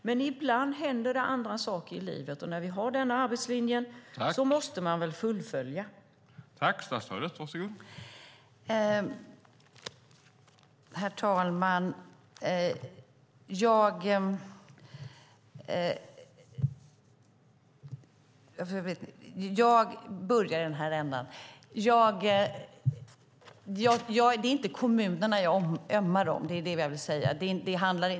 Men ibland händer det andra saker i livet, och när vi har arbetslinjen måste man väl fullfölja den?